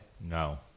No